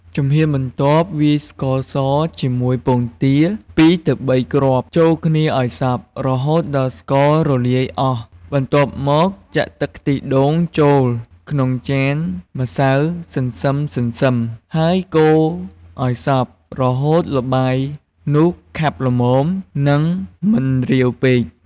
ជំហានបន្ទាប់ វាយស្ករសជាមួយពងទា ២ទៅ៣ គ្រាប់ចូលគ្នាឱ្យសព្វ រហូតដល់ស្កររលាយអស់ បន្ទាប់មក ចាក់ទឹកខ្ទិះដូងចូលក្នុងចានម្សៅសន្សឹមៗ ហើយកូរឱ្យសព្វ រហូតល្បាយនោះខាប់ល្មម និងមិនរាវពេក។